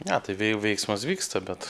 ne tai vei veiksmas vyksta bet